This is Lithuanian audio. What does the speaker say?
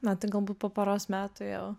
na tai galbūt po poros metų jau